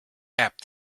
apt